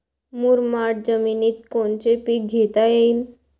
मुरमाड जमिनीत कोनचे पीकं घेता येईन?